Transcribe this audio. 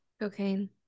Cocaine